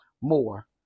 more